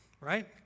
right